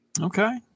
Okay